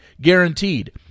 guaranteed